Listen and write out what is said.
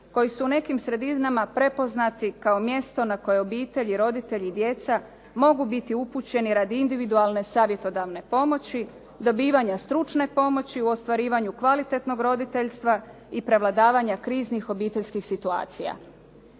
koji su u nekim sredinama prepoznati kao mjesto na kojima obitelj, roditelji i djeca mogu biti upućeni radi individualne savjetodavne pomoći, dobivanje stručne pomoći u ostvarivanju kvalitetnog roditeljstva i prevladavanja kriznih obiteljskih situacija.